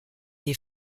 des